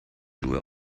schuhe